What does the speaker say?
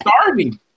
starving